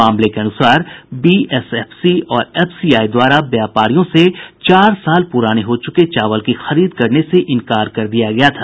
मामले के अनुसार बीएसएफसी और एफसीआई द्वारा व्यापारियों से चार साल पुराने हो चुके चावल की खरीद करने से इंकार कर दिया गया था